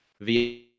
via